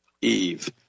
Eve